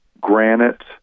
Granite